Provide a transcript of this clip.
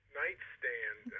nightstand